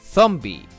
Zombie